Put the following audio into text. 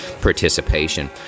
participation